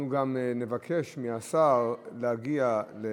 שם זה ילך לסתם, לא כדאי לך.